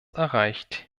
erreicht